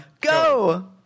go